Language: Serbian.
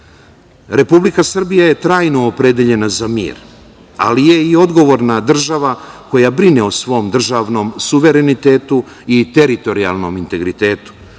partner. Republika Srbija je trajno opredeljena za mir, ali je i odgovorna država koja brine o svom državnom suverenitetu i teritorijalnom integritetu.